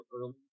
early